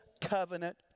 covenant